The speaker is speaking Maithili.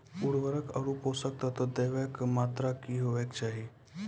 उर्वरक आर पोसक तत्व देवाक मात्राकी हेवाक चाही?